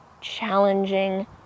challenging